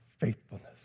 faithfulness